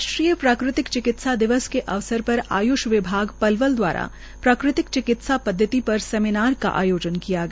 राष्ट्रीय प्राकृतिक चिकित्सा दिवस के अवार पर आय्ष विभाग पलवल दवारा प्राकृतिक चिकित्सा पदवति पर सेमीनार का आयोजन किया गया